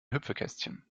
hüpfekästchen